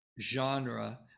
genre